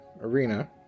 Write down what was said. arena